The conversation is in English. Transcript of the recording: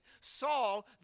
Saul